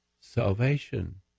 salvation